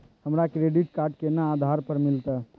हमरा credit card केना आधार पर मिलते?